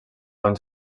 van